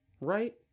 Right